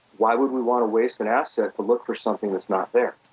why would we want to waste an asset to look for something that's not there?